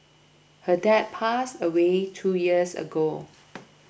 her dad passed away two years ago